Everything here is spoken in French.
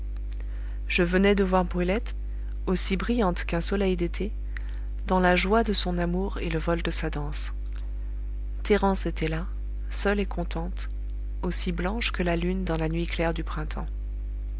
je venais de voir brulette aussi brillante qu'un soleil d'été dans la joie de son amour et le vol de sa danse thérence était là seule et contente aussi blanche que la lune dans la nuit claire du printemps